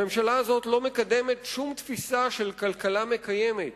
הממשלה הזאת לא מקדמת שום תפיסה של כלכלה מקיימת.